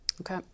Okay